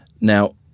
Now